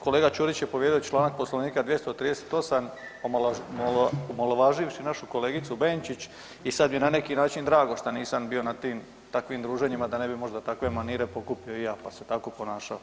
Kolega Ćorić je povrijedio članak Poslovnika 238. omalovaživši našu kolegicu Benčić i sad mi je na neki način drago šta nisam bio na tim, takvim druženjima da ne bi možda takve manire pokupio i ja, pa se tako ponašao.